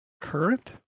current